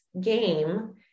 game